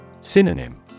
Synonym